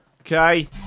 okay